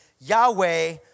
Yahweh